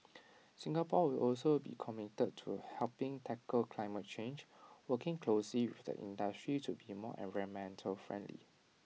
Singapore will also be committed to helping tackle climate change working closely with the industry to be more environmental friendly